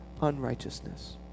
unrighteousness